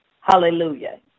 Hallelujah